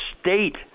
state